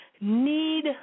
need